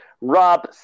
Rob